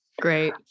Great